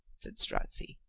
said strozzi.